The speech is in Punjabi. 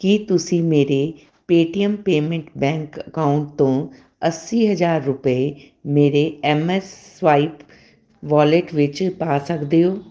ਕੀ ਤੁਸੀਂ ਮੇਰੇ ਪੇਟੀਐਮ ਪੇਮੈਂਟ ਬੈਂਕ ਅਕਾਊਂਟ ਤੋਂ ਅੱਸੀ ਹਜ਼ਾਰ ਰੁਪਏ ਮੇਰੇ ਐੱਮਸਵਾਈਪ ਵਾਲਿਟ ਵਿੱਚ ਪਾ ਸਕਦੇ ਹੋ